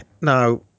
Now